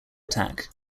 attack